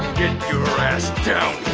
your ass down